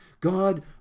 God